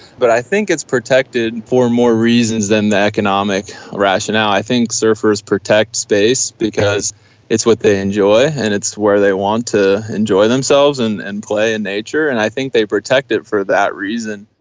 but i think it's protected for more reasons than the economic rationale. think surfers protect space because it's what they enjoy and it's where they want to enjoy themselves and and play in nature, and i think they protect it for that reason.